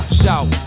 shout